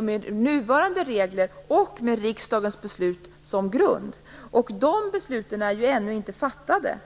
med nuvarande regler och med riksdagens beslut som grund. De besluten är ju ännu inte fattade.